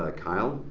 ah kyle,